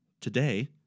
today